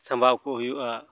ᱥᱟᱢᱵᱟᱣ ᱠᱚ ᱦᱩᱭᱩᱜᱼᱟ